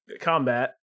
combat